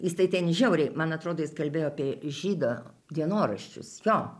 jis tai ten žiauriai man atrodo jis kalbėjo apie žydo dienoraščius jo